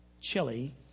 chili